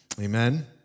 Amen